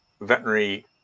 veterinary